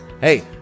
Hey